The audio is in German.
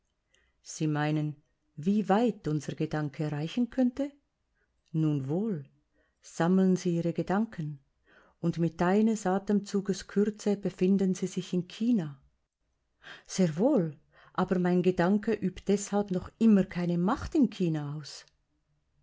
sie meinen wie weit unser gedanke reichen könnte nun wohl sammeln sie ihre gedanken und mit eines atemzuges kürze befinden sie sich in china sehr wohl aber mein gedanke übt deshalb noch immer keine macht in china aus